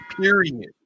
Period